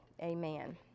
amen